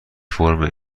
فرم